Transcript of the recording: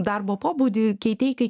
darbo pobūdį keitei kai